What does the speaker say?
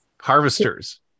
harvesters